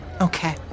Okay